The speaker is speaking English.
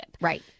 Right